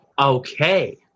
Okay